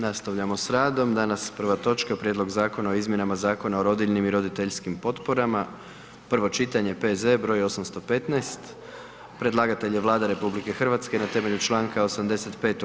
Nastavljamo s radom, danas prva točka: - Prijedlog Zakona o izmjenama i dopunama Zakona o rodiljnim i roditeljskim potporama, prvo čitanje, P.Z. br. 815 Predlagatelj je Vlada RH na temelju članka 85.